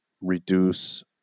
reduce